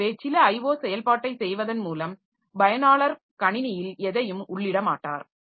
எனவே சில IO செயல்பாட்டைச் செய்வதன் மூலம் பயனாளர் கணினியில் எதையும் உள்ளிட மாட்டார்